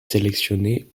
sélectionné